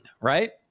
right